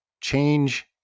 change